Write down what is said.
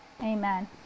Amen